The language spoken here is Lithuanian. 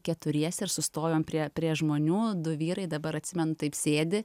keturiese ir sustojom prie prie žmonių du vyrai dabar atsimenu taip sėdi